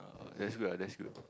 that's good ah that's good